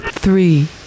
Three